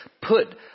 put